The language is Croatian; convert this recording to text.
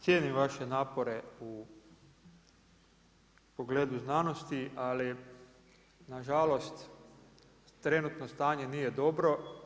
Cijenim vaše napore u pogledu znanosti, ali na žalost trenutno stanje nije dobro.